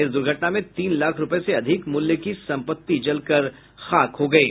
इस दुर्घटना में तीन लाख रूपये से अधिक मूल्य की संपत्ति जलकर नष्ट हो गयी